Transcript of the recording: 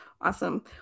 awesome